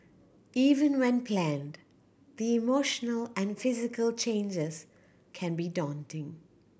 even when planned the emotional and physical changes can be daunting